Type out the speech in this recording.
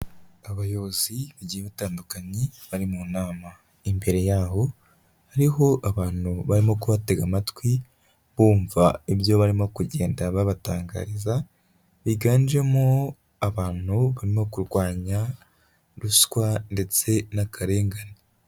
Abayobozi bagiye batandukanye bari mu nama, imbere y'aho hariho abantu barimo kubatega amatwi bumva ibyo barimo kugenda babatangariza, biganjemo abantu barimo kurwanya ruswa ndetse n'akarengane.